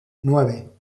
nueve